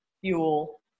fuel